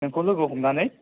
नोंखौ लोगो हमनानै